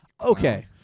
Okay